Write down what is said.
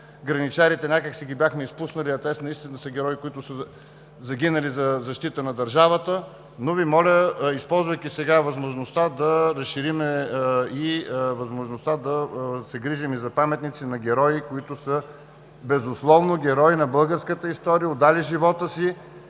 граничарите някак си ги бяхме изпуснали, а те наистина са герои, които са загинали за защита на държавата, но Ви моля, използвайки сега възможността, да разширим и възможността да се грижим и за паметници на герои, които са безусловно герои на българската история, отдали живота си,